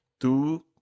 two